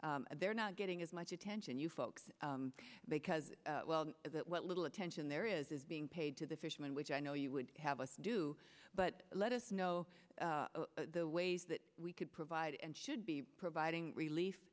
and they're not getting as much attention you folks because well what little attention there is is being paid to the fishermen which i know you would have us do but let us know the ways that we could provide and should be providing relief